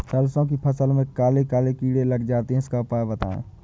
सरसो की फसल में काले काले कीड़े लग जाते इसका उपाय बताएं?